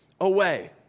away